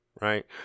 Right